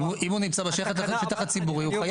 אם הוא נמצא בתוך השטח הציבורי הוא חייב.